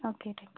okay thank you